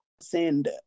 send